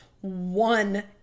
one